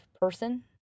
person